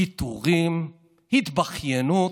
קיטורים, התבכיינות,